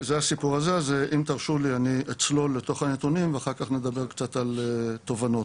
אני אצלול לתוך הנתונים ואחר כך נדבר קצת על תובנות.